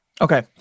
okay